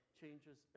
changes